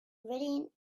written